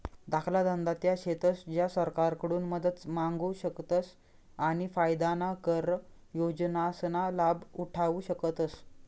धाकला धंदा त्या शेतस ज्या सरकारकडून मदत मांगू शकतस आणि फायदाना कर योजनासना लाभ उठावु शकतस